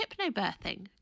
hypnobirthing